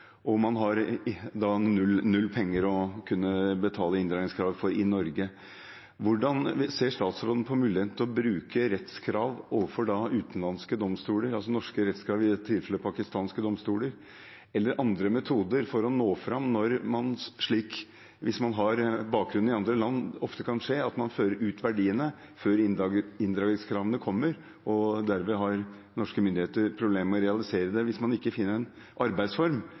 og man hadde da null kroner til å kunne betale inndragningskravet i Norge. Hvordan ser statsråden på muligheten til å bruke rettskrav overfor utenlandske domstoler, altså norske rettskrav, i dette tilfellet i pakistanske domstoler, eller andre metoder for å nå fram? Hvis man har bakgrunn i andre land, kan det ofte skje at man fører verdiene ut før inndragningskravene kommer, og dermed har norske myndigheter problemer med å realisere dem, hvis man da ikke finner en arbeidsform